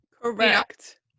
Correct